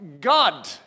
God